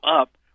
up